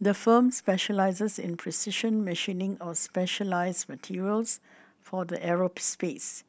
the firm specialises in precision machining of specialised materials for the aerospace